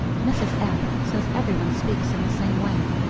mrs. f says every one speaks in the same way.